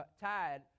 tied